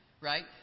Right